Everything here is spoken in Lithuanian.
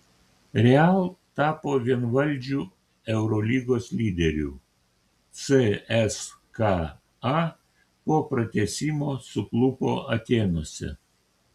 real tapo vienvaldžiu eurolygos lyderiu cska po pratęsimo suklupo atėnuose